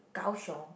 Gao-Xiong